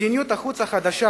מדיניות החוץ החדשה